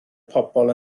pobl